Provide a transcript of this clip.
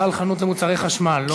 בעל חנות למוצרי חשמל לא מביא מקררים?